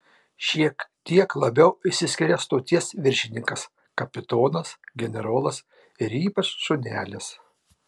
šiek tiek labiau išsiskiria stoties viršininkas kapitonas generolas ir ypač šunelis